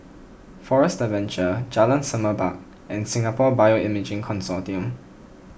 Forest Adventure Jalan Semerbak and Singapore Bioimaging Consortium